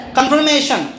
Confirmation